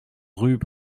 rue